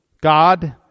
God